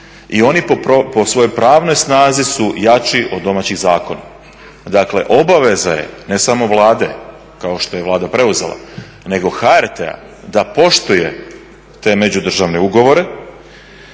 i oni po svojoj pravnoj snazi su jači od domaćih zakona. Dakle obaveza je ne samo Vlade kao što je Vlada i preuzela nego HRT-a da poštuje te međudržavne ugovore